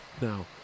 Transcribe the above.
Now